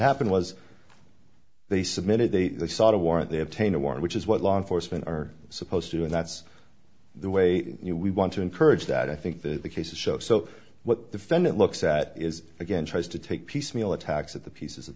happened was they submitted they sought a warrant they obtain a warrant which is what law enforcement are supposed to do and that's the way we want to encourage that i think that the cases show so what the fed it looks at is again tries to take piecemeal attacks at the pieces of